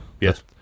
Yes